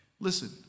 Listen